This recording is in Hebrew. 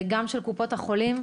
גם של קופות החולים.